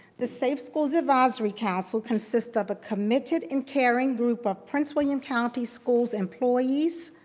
the safe schools advisory council consists of a committed and caring group of prince william county schools employees,